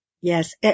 Yes